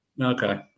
Okay